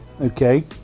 okay